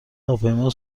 هواپیما